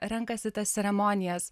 renkasi tas ceremonijas